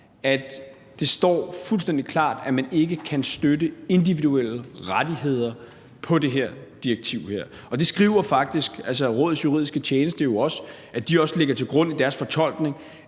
at det står fuldstændig klart, at man ikke kan støtte individuelle rettigheder på det her direktiv. Og det skriver Rådets juridiske tjeneste jo faktisk også, at de lægger til grund i deres fortolkning,